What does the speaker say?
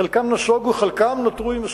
חלקם נסוגו, חלקם נותרו עם הסכם.